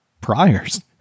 priors